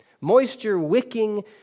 moisture-wicking